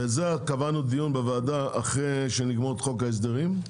ועל זה קבעו דיון בוועדה אחרי שנגמור את חוק ההסדרים,